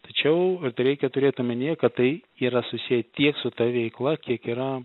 tačiau tai reikia turėt omenyje kad tai yra susieti su ta veikla kiek yra